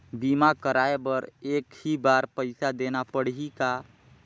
बीमा कराय बर एक ही बार पईसा देना पड़ही का?